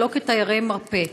ולא כתיירי מרפא.